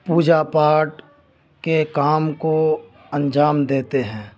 پوجا پاٹھ کے کام کو انجام دیتے ہیں